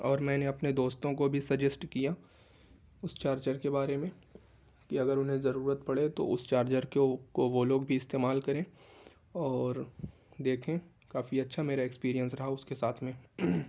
اور میں نے اپنے دوستوں کو بھی سجیسٹ کیا اس چارجر کے بارے میں کہ اگر انہیں ضرورت پڑے تو اس چارجر کو کو وہ لوگ بھی استعمال کریں اور دیکھیں کافی اچھا میرا اکسپیریئنس رہا اس کے ساتھ میں